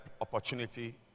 opportunity